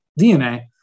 DNA